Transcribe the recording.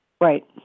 Right